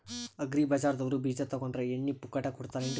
Agri ಬಜಾರದವ್ರು ಬೀಜ ತೊಗೊಂಡ್ರ ಎಣ್ಣಿ ಪುಕ್ಕಟ ಕೋಡತಾರೆನ್ರಿ?